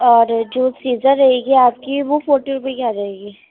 اور جو سیزر رہے گی آپ کی وہ فورٹی روپیے کی آ جائے گی